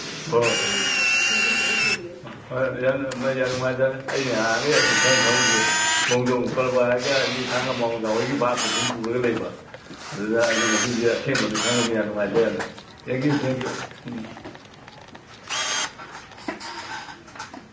ꯑꯣ ꯌꯥꯝ ꯌꯥꯝ ꯅꯨꯡꯉꯥꯏꯖꯔꯦ ꯑꯩꯅ ꯅꯍꯥꯟꯒꯩ ꯑꯗꯨ ꯈꯪꯕꯨ ꯈꯪꯉꯨꯗꯦ ꯈꯣꯡꯖꯣꯝ ꯄꯔꯕ ꯍꯥꯏꯔꯒ ꯑꯩꯗꯤ ꯊꯥꯡꯒ ꯃꯥꯡꯒꯣꯜꯖꯥꯎ ꯍꯣꯏꯒꯤ ꯚꯥꯞꯇ ꯁꯨꯝ ꯄꯨꯔꯒ ꯂꯩꯕ ꯑꯗꯨꯗ ꯑꯗꯣ ꯉꯁꯤꯗꯤ ꯑꯁꯦꯡꯕꯗꯨ ꯈꯪꯉꯝꯅꯤꯅ ꯌꯥꯝ ꯅꯨꯡꯉꯥꯏꯖꯔꯦ ꯌꯥꯝꯅ thank you thank you um